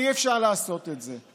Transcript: אי-אפשר לעשות את זה.